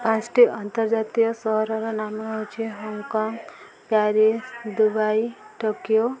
ପାଞ୍ଚଟି ଅନ୍ତର୍ଜାତୀୟ ସହରର ନାମ ହେଉଛି ହଂକଂ ପ୍ୟାରିସ ଦୁବାଇ ଟୋକିଓ